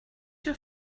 your